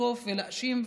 לתקוף ולהאשים וכו'.